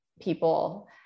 People